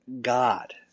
God